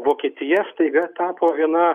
vokietija staiga tapo viena